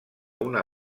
una